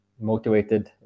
motivated